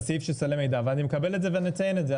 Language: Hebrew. זה הסעיף של סלי המידע ואני מקבל את זה ונציין את זה,